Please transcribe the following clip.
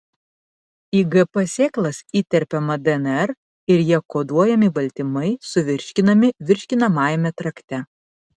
į gp sėklas įterpiama dnr ir ja koduojami baltymai suvirškinami virškinamajame trakte